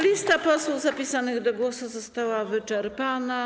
Lista posłów zapisanych do głosu została wyczerpana.